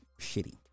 shitty